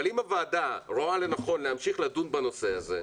אבל אם הוועדה רואה לנכון להמשיך לדון בנושא הזה,